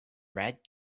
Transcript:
red